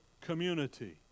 community